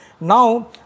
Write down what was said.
Now